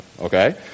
Okay